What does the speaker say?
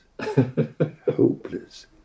Hopeless